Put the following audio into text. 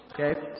Okay